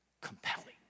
compelling